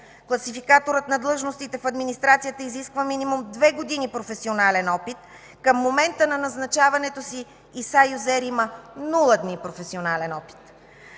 Класификаторът на длъжностите в администрацията изисква минимум две години професионален опит. Към момента на назначаването си Иса Юзер има нула дни професионален опит.